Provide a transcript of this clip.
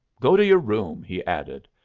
go to your room, he added.